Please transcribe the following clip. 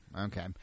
Okay